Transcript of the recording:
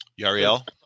Yariel